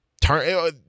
turn